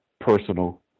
personal